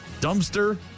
dumpster